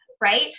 right